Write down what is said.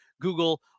Google